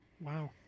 Wow